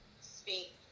speak